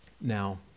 Now